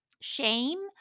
shame